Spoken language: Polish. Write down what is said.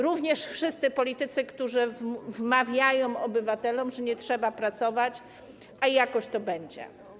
Również wszyscy politycy, którzy wmawiają obywatelom, że nie trzeba pracować, bo jakoś to będzie.